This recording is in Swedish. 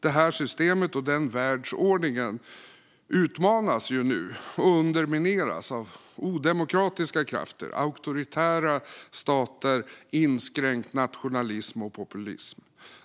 Detta system och denna världsordning utmanas och undermineras nu av odemokratiska krafter, auktoritära stater, inskränkt nationalism och populism.